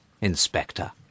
Inspector